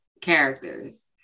characters